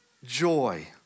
Joy